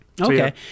Okay